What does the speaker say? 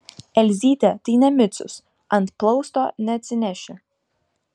elzytė tai ne micius ant plausto neatsineši